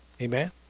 Amen